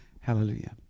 hallelujah